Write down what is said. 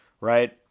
right